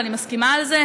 ואני מסכימה לזה,